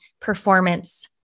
performance